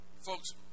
Folks